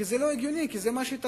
כי זה לא הגיוני, ובזה התעסקנו.